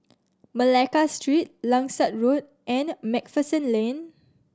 Malacca Street Langsat Road and Macpherson Lane